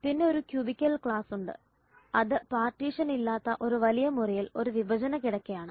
പിന്നെ ഒരു cubicle class ഉണ്ട് അതു പാർട്ടീഷനില്ലാത്ത ഒരു വലിയ മുറിയിൽ ഒരു വിഭജന കിടക്കയാണ്